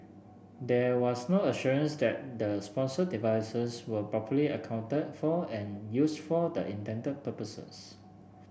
there was no assurance that the sponsored devices were properly accounted for and used for the intended purposes